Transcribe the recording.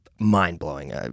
mind-blowing